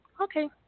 Okay